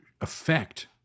affect